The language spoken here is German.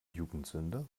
jugendsünde